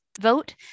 vote